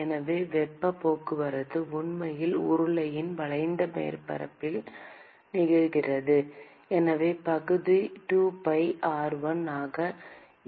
எனவே வெப்பப் போக்குவரத்து உண்மையில் உருளையின் வளைந்த மேற்பரப்பில் நிகழ்கிறது எனவே பகுதி 2pi r1 ஆக L